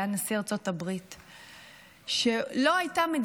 שהיה נשיא ארצות הברית,